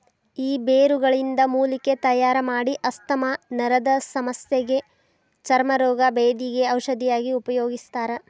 ಈ ಬೇರುಗಳಿಂದ ಮೂಲಿಕೆ ತಯಾರಮಾಡಿ ಆಸ್ತಮಾ ನರದಸಮಸ್ಯಗ ಚರ್ಮ ರೋಗ, ಬೇಧಿಗ ಔಷಧಿಯಾಗಿ ಉಪಯೋಗಿಸ್ತಾರ